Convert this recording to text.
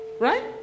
Right